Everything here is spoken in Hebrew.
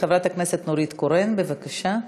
חברת הכנסת נורית קורן, בבקשה.